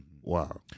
Wow